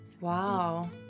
Wow